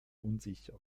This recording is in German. unsicher